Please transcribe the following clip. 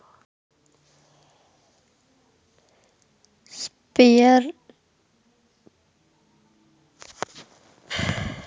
spearfishing ಮೀನುಗಾರಿಕೆಲಿ ಈಟಿ ಅಥವಾ ಹಾರ್ಪೂನ್ನಂತ ಮೊನಚಾದ ವಸ್ತುವಿನೊಂದಿಗೆ ಮೀನನ್ನು ಶೂಲಕ್ಕೇರಿಸೊದಾಗಿದೆ